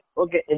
okay